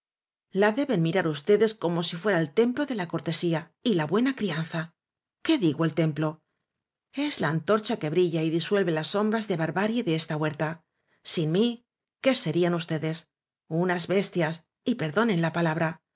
cañala deben mirar ustedes como si fuera el templo de la cortesía y la bue na crianza qué digo el templo es la antorcha que brilla y disuelve las sombras de barbarie de esta huerta sin mí qué serían ustedes unas bestias y perdonen la palabra